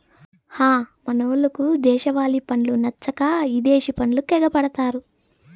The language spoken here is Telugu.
హ మనోళ్లకు దేశవాలి పండ్లు నచ్చక ఇదేశి పండ్లకెగపడతారు